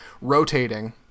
rotating